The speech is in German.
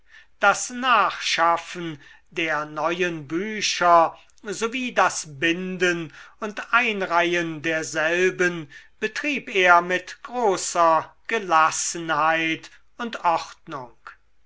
das nachschaffen der neuen bücher so wie das binden und einreihen derselben betrieb er mit großer gelassenheit und ordnung